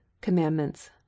commandments